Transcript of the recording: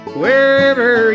wherever